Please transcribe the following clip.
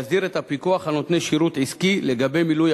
להסדיר את הפיקוח על נותני שירות עסקי לגבי מילוי